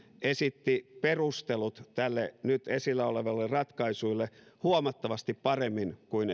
esitti perustelut tälle nyt esillä olevalle ratkaisulle huomattavasti paremmin kuin